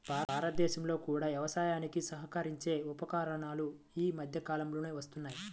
భారతదేశంలో కూడా వ్యవసాయానికి సహకరించే ఉపకరణాలు ఈ మధ్య కాలంలో వస్తున్నాయి